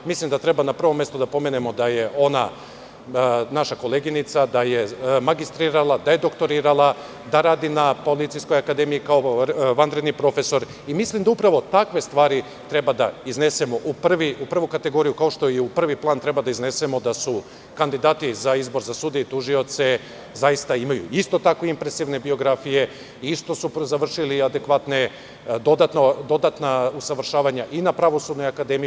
Mislim da treba na prvom mestu da pomenemo da je ona naša koleginica, da je magistrirala, da je doktorirala, da radi na Policijskoj akademiji kao vanredni profesor i mislim da upravo takve stvari treba da iznesemo u prvu kategoriju, kao što i u prvi plan treba da iznesemo da su kandidati za izbor za sudije i tužioce zaista imaju isto tako impresivne biografije i što su završili adekvatna dodatna usavršavanja i na Pravosudnoj akademiji.